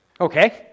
Okay